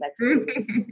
next